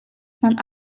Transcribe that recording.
hmanh